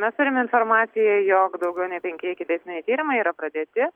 mes turime informaciją jog daugiau nei penki ikiteisminiai tyrimai yra pradėti